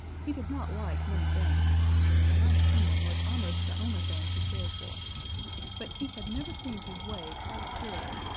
he did not like many things a nice kingdom was almost the only thing he cared for but he had never seen his way quite clearly,